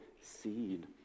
seed